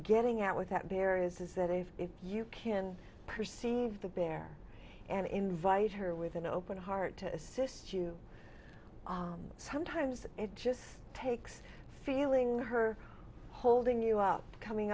getting at with that bear is that if you can perceive the bear and invite her with an open heart to assist you sometimes it just takes feeling her holding you up coming